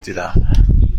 دیدم